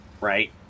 right